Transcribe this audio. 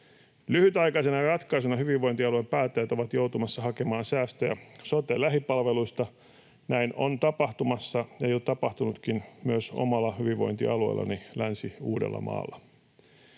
Lyhytaikaisena ratkaisuna hyvinvointialueiden päättäjät ovat joutumassa hakemaan säästöjä sote-lähipalveluista. Näin on tapahtumassa ja jo tapahtunutkin myös omalla hyvinvointialueellani Länsi-Uudellamaalla.